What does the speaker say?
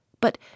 but